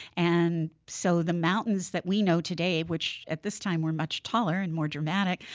and so the mountains that we know today, which at this time were much taller and more dramatic,